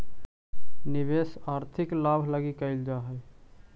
निवेश आर्थिक लाभ लगी कैल जा हई